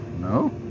no